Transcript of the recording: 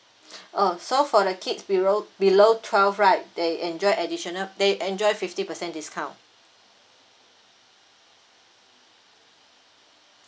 oh so for the kids below below twelve right they enjoy additional they enjoy fifty percent discount